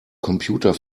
computer